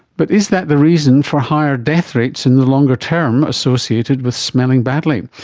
but is that the reason for higher death rates in the longer term associated with smelling badly?